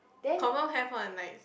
confirm have one like